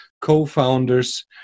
co-founders